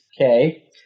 Okay